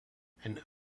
and